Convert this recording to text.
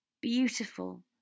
Beautiful